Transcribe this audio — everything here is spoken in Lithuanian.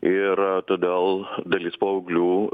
ir todėl dalis paauglių